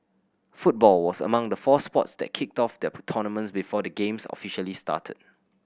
football was among the four sports that kicked off their tournaments before the Games officially started